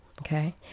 okay